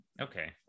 okay